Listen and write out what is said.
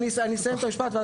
אני אסיים את המשפט.